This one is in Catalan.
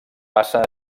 passa